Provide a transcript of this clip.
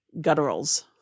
gutturals